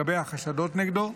לגבי החשדות נגדו,